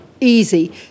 easy